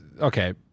okay